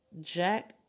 Jack